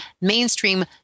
mainstream